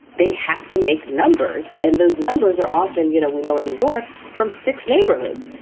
they have to make numbers. and those numbers are often, you know, we know in new york from six neighborhoods,